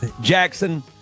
Jackson